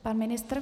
Pan ministr?